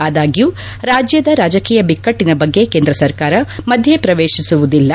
ಆದಾಗ್ಡೂ ರಾಜ್ಜದ ರಾಜಕೀಯ ಬಿಕ್ಕಟ್ಟನ ಬಗ್ಗೆ ಕೇಂದ್ರ ಸರ್ಕಾರ ಮಧ್ಯಪ್ರವೇಶಿಸುವುದಿಲ್ಲ